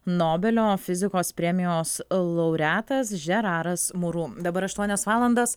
nobelio fizikos premijos laureatas žeraras muru dabar aštuonios valandos